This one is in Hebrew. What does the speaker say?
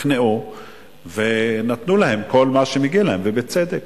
נכנעו ונתנו להם כל מה שמגיע להם, ובצדק.